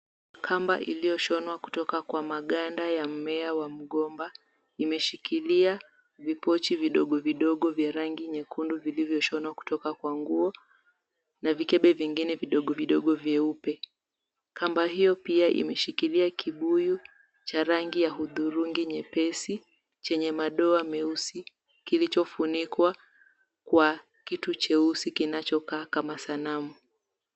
Kamba iliyoshonwa kutoka kwa maganda ya mmea wa mgomba imeshikilia vipochi vidogo vidogo vya rangi nyekundu vilivyoshonwa kutoka kwa nguo na vikebe vingine vidogo vidogo vyeupe. Kamba hiyo pia imeshikilia kibuyu cha rangi ya hudhurungi nyepesi chenye madoa meusi kilichofunikwa kwa kitu cheusi kinachokaa kama sanamu.